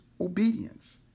obedience